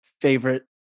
favorite